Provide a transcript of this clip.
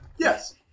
Yes